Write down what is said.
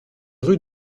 rue